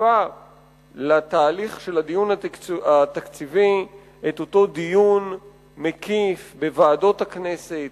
מוסיפה לתהליך של הדיון התקציבי את אותו דיון מקיף בוועדות הכנסת,